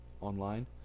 online